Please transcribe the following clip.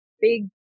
big